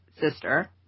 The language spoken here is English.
sister